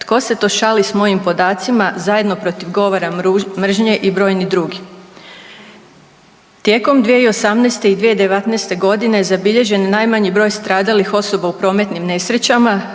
„Tko se to šali s mojim podacima“, „ Zajedno protiv govora mržnje“ i brojni drugi. Tijekom 2018. i 2019.g. zabilježen je najmanji broj stradalih osoba u prometnim nesrećama,